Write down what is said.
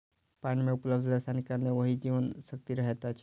पाइन मे उपलब्ध रसायनक कारणेँ ओहि मे जीवन शक्ति रहैत अछि